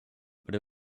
but